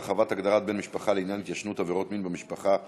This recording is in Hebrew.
הרחבת הגדרת בן משפחה לעניין התיישנות עבירות מין במשפחה),